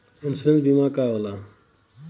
Insurance बीमा का होला?